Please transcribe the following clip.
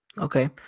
Okay